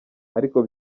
ariko